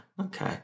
Okay